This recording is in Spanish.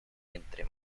entre